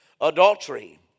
Adultery